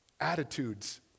attitudes